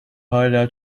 hala